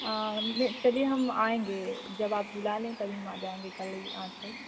हाँ मैं चलिए हम आएँगे जब आप बुला ले तभी हम आ जाएँगे कल या आज तक